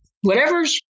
Whatever's